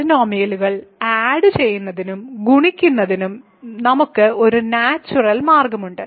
പോളിനോമിയലുകൾ ആഡ് ചെയ്യുന്നതിനും ഗുണിക്കുന്നതിനും ഒരു നാച്ചുറൽ മാർഗമുണ്ട്